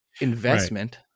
investment